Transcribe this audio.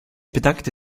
bedankte